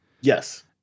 yes